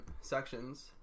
sections